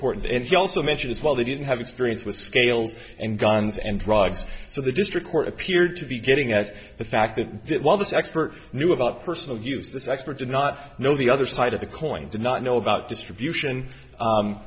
court and he also mentioned as well they didn't have experience with scales and guns and drugs so the district court appeared to be getting at the fact that that while this expert knew about personal use this expert did not know the other side of the coin did not know about distribution